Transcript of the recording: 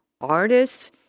artists